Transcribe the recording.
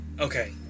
Okay